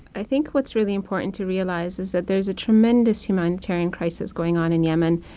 i think what's really important to realize is that there's a tremendous humanitarian crisis going on in yemen.